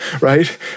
right